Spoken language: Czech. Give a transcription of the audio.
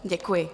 Děkuji.